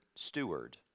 Steward